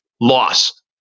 loss